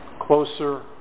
closer